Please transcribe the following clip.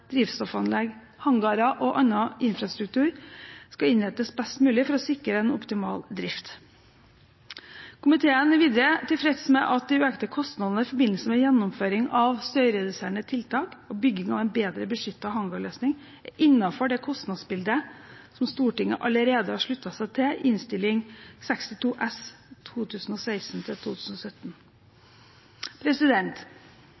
drivstoffanlegg, hangarer og annen infrastruktur, skal innrettes best mulig for å sikre en optimal drift. Komiteen er videre tilfreds med at de økte kostnadene i forbindelse med gjennomføring av støyreduserende tiltak og bygging av en bedre beskyttet hangarløsning er innenfor det kostnadsbildet som Stortinget allerede har sluttet seg til i Innst. 62 S